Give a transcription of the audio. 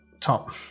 top